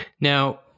Now